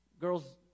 girls